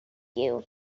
you